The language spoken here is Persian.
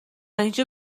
اینجا